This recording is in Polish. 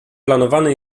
planowany